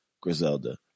Griselda